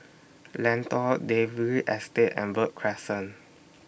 Lentor Dalvey Estate and Verde Crescent